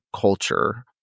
culture